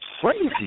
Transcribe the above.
crazy